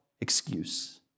excuse